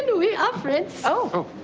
and we are friends. oh,